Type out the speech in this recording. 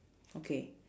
okay